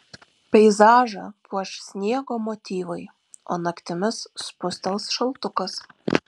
peizažą puoš sniego motyvai o naktimis spustels šaltukas